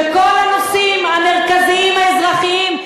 בכל הנושאים המרכזיים האזרחיים,